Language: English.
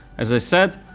as i said,